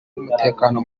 n’umutekano